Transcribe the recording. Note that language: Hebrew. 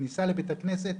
וכניסה לבית הכנסת,